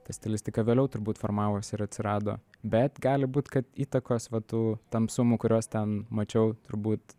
ta stilistika vėliau turbūt formavosi ir atsirado bet gali būt kad įtakos vat tų tamsumų kuriuos ten mačiau turbūt